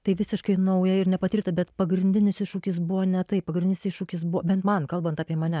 tai visiškai nauja ir nepatirta bet pagrindinis iššūkis buvo ne tai pagrindinis iššūkis buvo bet man kalbant apie mane